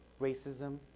Racism